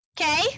Okay